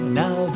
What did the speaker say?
now